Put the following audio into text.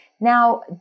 Now